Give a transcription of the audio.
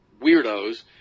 weirdos